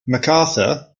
macarthur